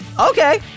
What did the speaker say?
Okay